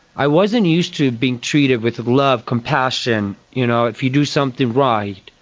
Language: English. i wasn't used to being treated with love, compassion. you know, if you do something right,